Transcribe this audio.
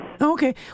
Okay